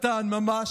זה כסף קטן ממש,